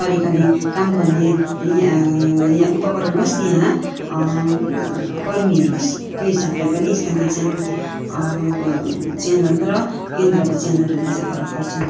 तरिकाले काम गर्ने या उपकरण होस् या कर्मीहरू होस् त्यो हिसाबले पनि स्थानीय च्यानल को च्यानल र केन्द्रको च्यानलहरूमा चाहिँ फरक पर्छन्